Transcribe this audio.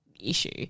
issue